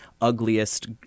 ugliest